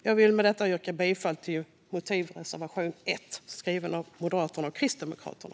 Jag vill med detta yrka bifall till motivreservation 1 som är skriven av Moderaterna och Kristdemokraterna.